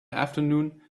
afternoon